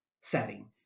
setting